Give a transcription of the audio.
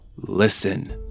Listen